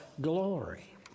glory